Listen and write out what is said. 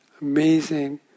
amazing